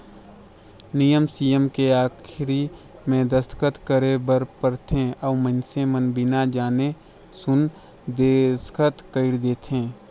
नियम सियम के आखरी मे दस्खत करे बर परथे अउ मइनसे मन बिना जाने सुन देसखत कइर देंथे